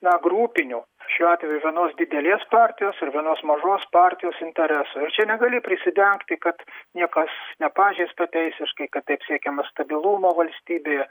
na grupinių šiuo atveju vienos didelės partijos ir vienos mažos partijos intereso ir čia negali prisidengti kad niekas nepažeista teisiškai kad taip siekiama stabilumo valstybėje